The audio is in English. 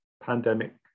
pandemic